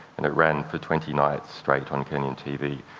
and it ran for twenty nights straight on kenyan tv,